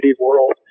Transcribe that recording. world